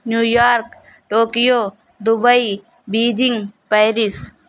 New York Tokyo Dubai Beijing Paris